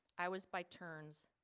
i was by turns,